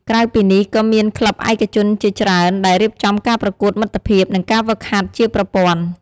ក្រៅពីនេះ ក៏មានក្លឹបឯកជនជាច្រើនដែលរៀបចំការប្រកួតមិត្តភាព និងការហ្វឹកហាត់ជាប្រព័ន្ធ។